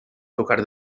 tocar